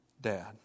dad